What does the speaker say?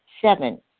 Seven